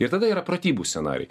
ir tada yra pratybų scenarijai